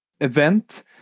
event